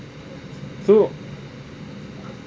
so